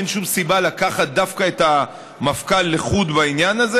אין שום סיבה לקחת דווקא את המפכ"ל לחוד בעניין הזה